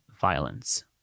violence